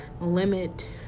limit